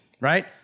right